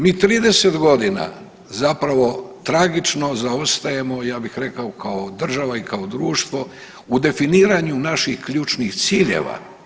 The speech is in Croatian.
Mi 30 godina zapravo tragično zaostajemo, ja bih rekao i kao država i kao društvo u definiranju naših ključnih ciljeva.